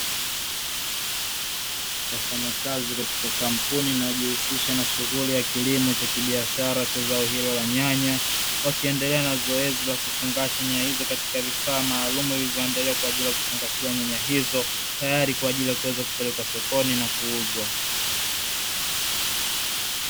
Wafanyakazi katika kampuni inayojihusisha na shughuli ya kilimo cha kibiashara cha zao hilo la nyanya, wakiendelea na zoezi la kufungasha nyanya hizo katika vifaa maalumu vilivyoandaliwa kwa ajili ya kufungasha nyanya hizo tayari kwa ajili ya kuweza kupelekwa sokoni na kuuzwa.